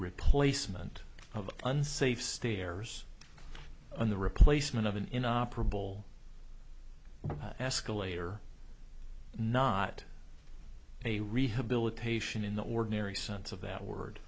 replacement of unsafe stairs on the replacement of an inoperable escalator not a rehabilitation in the ordinary sense of that word